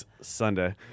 Sunday